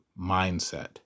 Mindset